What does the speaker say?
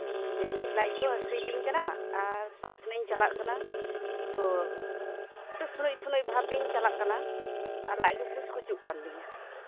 ᱢᱮᱱᱫᱟᱹᱧ ᱞᱟᱡ ᱠᱚ ᱦᱟᱹᱥᱩᱭᱮᱫᱤᱧ ᱠᱟᱱᱟ ᱟᱨ ᱯᱟᱭᱠᱷᱟᱱᱟᱧ ᱪᱟᱞᱟᱜ ᱠᱟᱱᱟ ᱛᱳ ᱩᱱᱩᱪ ᱥᱩᱱᱩᱪ ᱵᱷᱟᱵ ᱤᱧ ᱪᱟᱞᱟᱜ ᱠᱟᱱᱟ ᱟᱨ ᱞᱟᱡ ᱠᱚ ᱠᱩᱪ ᱠᱩᱪᱩᱜ ᱠᱟᱱ ᱛᱤᱧᱟ